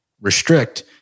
restrict